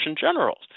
generals